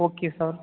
okay sir